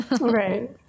Right